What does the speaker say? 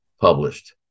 published